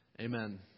Amen